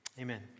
Amen